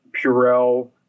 Purell